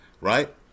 right